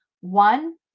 One